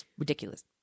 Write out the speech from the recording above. ridiculous